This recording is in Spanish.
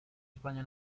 españa